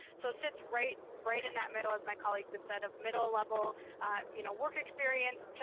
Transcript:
so sits right right in that middle, as my colleagues have said, of middle level you know work experience, but